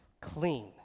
clean